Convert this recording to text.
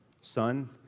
son